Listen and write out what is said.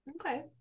okay